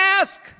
ask